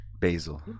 Basil